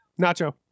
Nacho